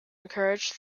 encouraged